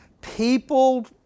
People